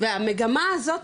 והמגמה הזאת,